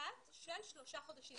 אחת של שלושה חודשים.